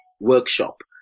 workshop